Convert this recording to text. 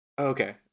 Okay